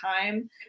time